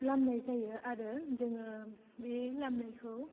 लामनाय जायो आरो जोङो बे लामनायखौ